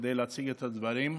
כדי להציג את הדברים.